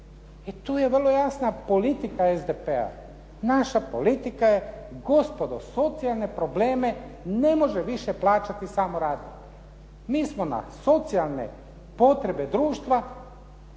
I tu je vrlo jasna politika SDP-a. Naša politika je gospodo socijalne probleme ne može više plaćati samo radnik. Mi smo na socijalne potrebe društva